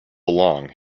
along